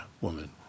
woman